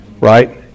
right